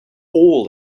all